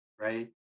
right